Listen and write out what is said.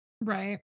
Right